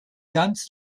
ganz